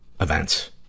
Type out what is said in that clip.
events